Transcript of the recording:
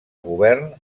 govern